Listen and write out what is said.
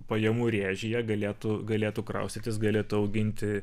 pajamų rėžyje galėtų galėtų kraustytis galėtų auginti